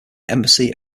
embassy